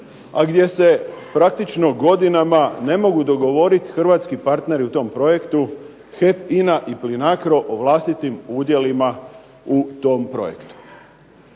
a gdje se praktično godinama ne mogu dogovoriti hrvatski partneri u tom projektu HEP, INA i Plinacro o vlastitim udjelima u tom projektu.